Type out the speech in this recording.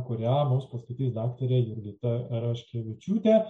kurią mums paskaitys daktarė jurgita raškevičiūtė